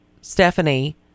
Stephanie